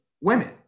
women